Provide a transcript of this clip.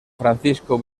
francisco